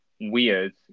weird